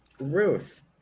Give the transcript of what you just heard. Ruth